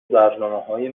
برنامههای